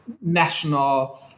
national